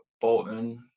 Bolton